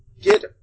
Get